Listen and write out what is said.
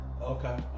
okay